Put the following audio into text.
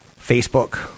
Facebook